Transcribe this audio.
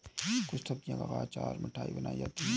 कुछ सब्जियों का अचार और मिठाई बनाई जाती है